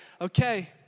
okay